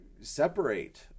separate